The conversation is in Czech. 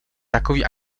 takový